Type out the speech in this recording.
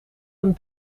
een